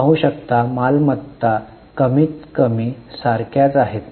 आपण पाहू शकता मालमत्ता कमीतकमी सारख्याच आहेत